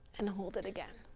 and hold it again.